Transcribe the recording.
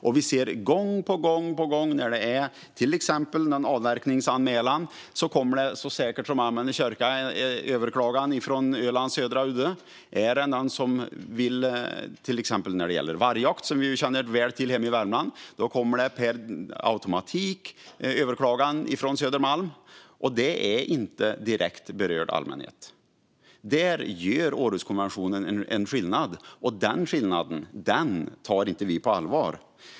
När det gäller till exempel en avverkningsanmälan ser vi gång på gång att det lika säkert som amen i kyrkan kommer en överklagan från Ölands södra udde. Och när det gäller till exempel vargjakt, som vi hemma i Värmland känner väl till, kommer det per automatik en överklagan från Södermalm; det är inte direkt berörd allmänhet. Där gör Århuskonventionen skillnad, men den skillnaden tar vi inte på allvar.